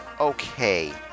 okay